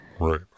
right